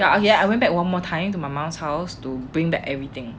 ya ya I went back one more time to my mum's house to bring back everything